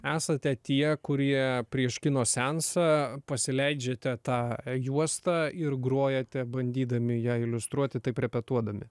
esate tie kurie prieš kino seansą pasileidžiate tą juostą ir grojate bandydami ją iliustruoti taip repetuodami